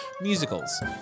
musicals